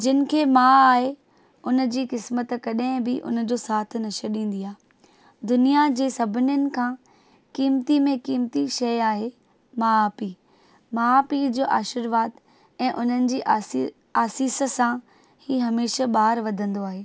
जिन खे मां आहे हुन जी क़िस्म्त कॾहिं बि हुन जो साथ न छॾींदी आहे दुनिया जे सभिनीनि खां क़ीमती में क़ीमती शइ आहे माउ पीउ माउ पीउ जो आर्शीवाद ऐं उननि जी आसि आसीस सां ई हमेशह ॿारु वधंदो आहे